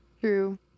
true